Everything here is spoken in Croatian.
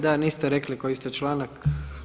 Da, niste rekli koji ste članak.